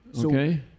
Okay